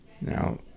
now